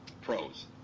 pros